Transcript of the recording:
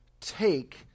take